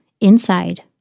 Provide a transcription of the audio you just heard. Inside